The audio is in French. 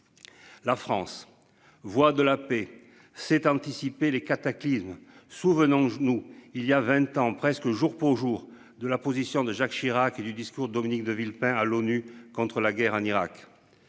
La France voit de la paix c'est anticiper les cataclysmes, souvenons-nous, il y a 20 ans presque jour pour jour de la position de Jacques Chirac et du discours. Dominique de Villepin à l'ONU contre la guerre en Irak.